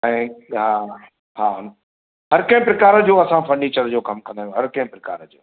ऐं हा हा हर कंहिं प्रकार जो असां फर्निचर जो कमु कंदा आहियूं हर कंहिं प्रकार जो